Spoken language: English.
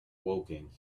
woking